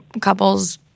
couples